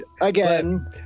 again